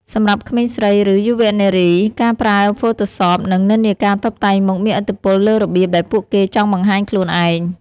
សម្រាប់ក្មេងស្រី ឬ យុវនារី ការប្រើ Photoshop និងនិន្នាការតុបតែងមុខមានឥទ្ធិពលលើរបៀបដែលពួកគេចង់បង្ហាញខ្លួនឯង។